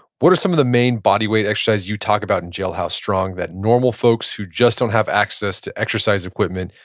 what are some of the main bodyweight exercises you talk about in jailhouse strong that normal folks, who just don't have access to exercise equipment,